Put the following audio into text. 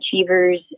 achievers